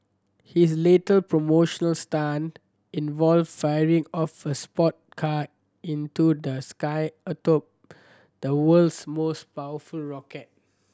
his later promotional stunt involved firing off a sport car into the sky atop the world's most powerful rocket